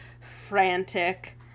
frantic